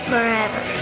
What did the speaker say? Forever